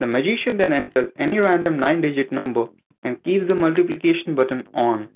the magician then enters any random nine digit number and keeps the multiplication button on